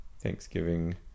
thanksgiving